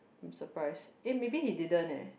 I'm surprised eh maybe he didn't eh